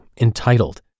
entitled